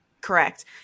Correct